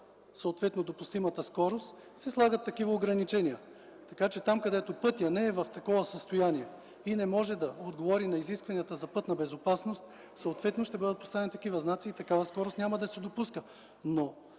съответно допустимата скорост, се слагат такива ограничения”. Следователно, когато пътят не е в такова състояние и не може да отговори на изискванията за пътна безопасност, ще бъдат сложени такива знаци и такава скорост няма да се допуска.